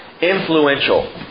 influential